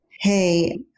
Hey